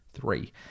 Three